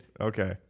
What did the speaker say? Okay